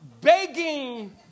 begging